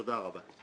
תודה רבה.